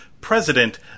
president